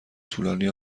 طولانی